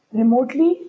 remotely